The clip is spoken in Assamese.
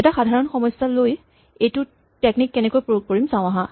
এটা সাধাৰণ সমস্যা লৈ এইটো টেকনিক কেনেকৈ প্ৰয়োগ কৰিম চাওঁ আহা